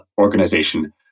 organization